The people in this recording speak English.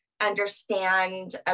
understand